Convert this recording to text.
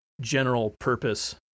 general-purpose